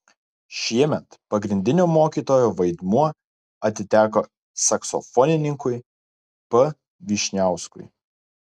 šiemet pagrindinio mokytojo vaidmuo atiteko saksofonininkui p vyšniauskui